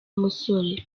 umusore